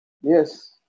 Yes